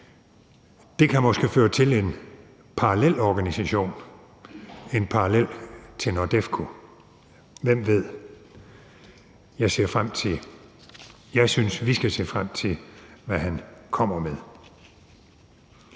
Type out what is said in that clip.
Det kan måske føre til en parallelorganisation, altså en parallel til NORDEFCO – hvem ved? Jeg synes, at vi skal se frem til, hvad han kommer med.